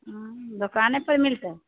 दोकानेपर मिलतै